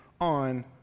on